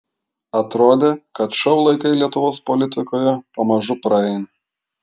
atrodė kad šou laikai lietuvos politikoje pamažu praeina